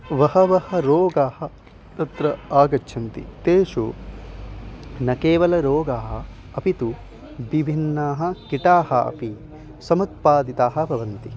बहवः रोगाः तत्र आगच्छन्ति तेषु न केवल रोगाः अपि तु विभिन्नाः कीटाः अपि समुत्पादिताः भवन्ति